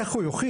איך הוא יוכיח?